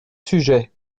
sujet